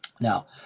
Now